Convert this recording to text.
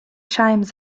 chimes